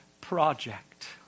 project